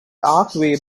archway